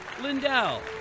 Lindell